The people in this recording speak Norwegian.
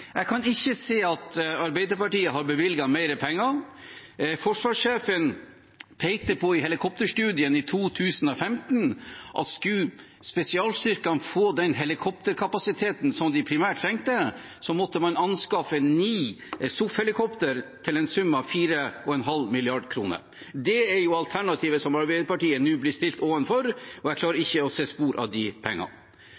Jeg kan ikke se at Arbeiderpartiet har bevilget mer penger. Forsvarssjefen pekte i helikopterstudien i 2015 på at om spesialstyrkene skulle få den helikopterkapasiteten som de primært trengte, måtte man anskaffe ni SOF-helikoptre til en sum av 4,5 mrd. kr. Det er alternativet som Arbeiderpartiet nå blir stilt overfor, og jeg klarer